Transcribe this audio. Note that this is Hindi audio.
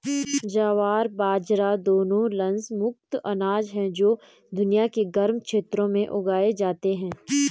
ज्वार बाजरा दोनों लस मुक्त अनाज हैं जो दुनिया के गर्म क्षेत्रों में उगाए जाते हैं